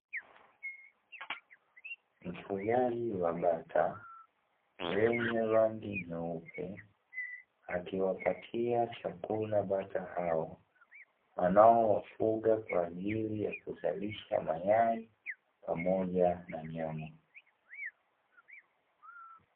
Mfugaji wa bata, wenye rangi nyeupe akiwapatia chakula bata hao anao wafuga kwajili ya kuzalisha mayai pamoja na nyama.